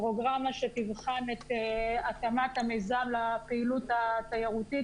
פרוגרמה שתבחן את התאמת המיזם לפעילות התיירותית,